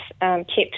kept